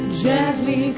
gently